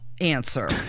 answer